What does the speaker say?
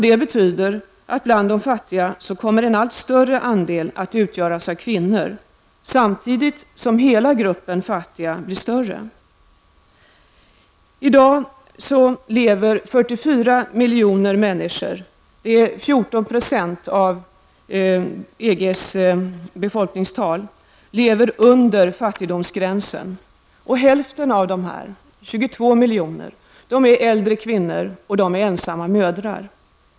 Det betyder att bland de fattiga kommer en allt större andel att utgöras av kvinnor -- samtidigt som hela gruppen fattiga blir större. I dag lever 44 miljoner människor, 14 % av EGs befolkning, under EGs fattigdomsgräns, och över hälften av dem, 22 miljoner, är äldre kvinnor och ensamma mödrar.